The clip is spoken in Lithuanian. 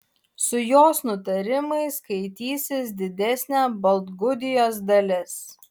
su jos nutarimais skaitysis didesnė baltgudijos dalis